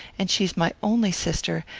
and she's my only sister,